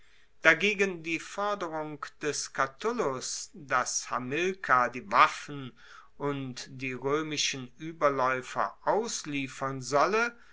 dagegen die forderung des catulus dass hamilkar die waffen und die roemischen ueberlaeufer ausliefern solle